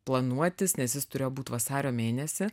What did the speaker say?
planuotis nes jis turėjo būt vasario mėnesį